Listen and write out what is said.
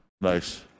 Nice